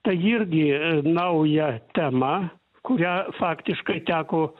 tai irgi nauja tema kurią faktiškai teko